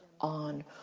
on